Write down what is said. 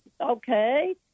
okay